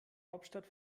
hauptstadt